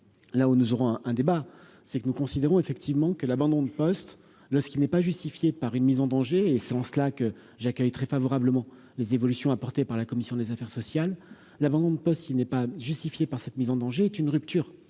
là où nous aurons un débat, c'est que nous considérons effectivement que l'abandon de poste lorsqu'il n'est pas justifiée par une mise en danger et c'est en cela que j'accueille très favorablement les évolutions apportées par la commission des affaires sociales, l'abandon de poste, il n'est pas justifiée par cette mise en danger est une rupture